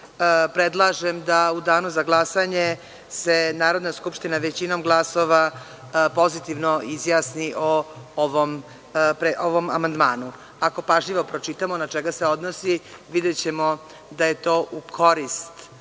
predlažem da u danu za glasanje se Narodna skupština većinom glasova pozitivno izjasni o ovom amandmanu. Ako pažljivo pročitamo na šta se odnosi, videćemo da je to u korist